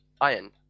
iron